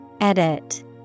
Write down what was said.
Edit